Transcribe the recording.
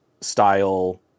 style